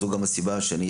זו גם הסיבה שאני,